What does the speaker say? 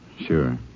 Sure